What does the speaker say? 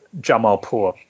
Jamalpur